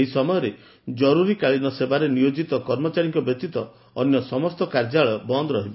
ଏହି ସମୟରେ ଜରୁରୀକାଳୀନ ସେବାରେ ନିୟୋଜିତ କର୍ମଚାରୀଙ୍କ ବ୍ୟତୀତ ଅନ୍ୟ ସମସ୍ତ କାର୍ଯ୍ୟାଳୟ ବନ୍ଦ ରହିବ